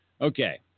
Okay